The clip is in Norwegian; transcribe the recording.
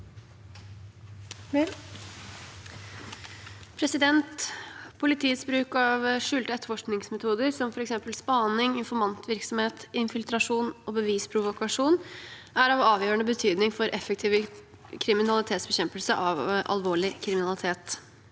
Politiets bruk av skjulte etterforskningsmetoder – som f.eks. spaning, informantvirksomhet, infiltrasjon og bevisprovokasjon – er av avgjørende betydning for en effektiv kriminalitetsbekjempelse av alvorlig kriminalitet.